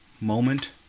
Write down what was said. moment